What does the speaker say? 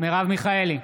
מרב מיכאלי,